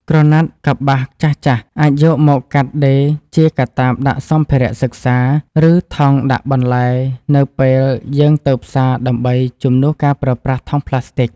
ក្រណាត់កប្បាសចាស់ៗអាចយកមកកាត់ដេរជាកាតាបដាក់សម្ភារៈសិក្សា ឬ ថង់ដាក់បន្លែនៅពេលយើងទៅផ្សារដើម្បីជំនួសការប្រើប្រាស់ថង់ប្លាស្ទិក។